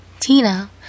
Tina